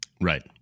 Right